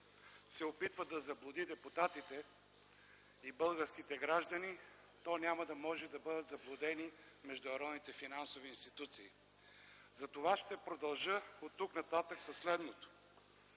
се опитва да заблуди депутатите и българските граждани, то няма да може да бъдат заблудени международните финансови институции. Затова ще продължа оттук нататък със следното,